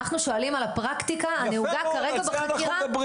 אנחנו שואלים על הפרקטיקה הנהוגה כרגע בחקירה.